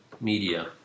media